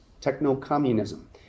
Techno-communism